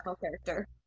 character